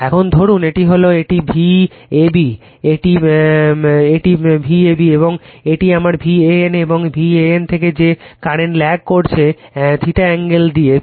এখন ধরুন এটি হল এটি Vab এটি V ab এবং এটি আমার V AN এবং V AN থেকে যে কারেন্ট ল্যাগ করছে অ্যাঙ্গেল θ